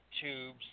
tubes